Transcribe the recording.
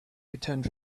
returned